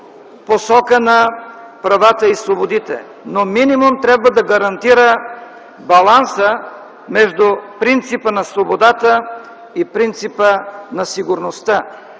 посока на правата и свободите, но минимум трябва да гарантира баланса между принципа на свободата и принципа на сигурността.